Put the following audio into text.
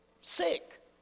sick